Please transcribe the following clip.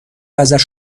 ازش